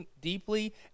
deeply